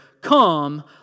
come